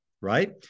right